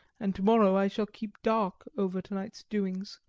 and to-morrow i shall keep dark over to-night's doings,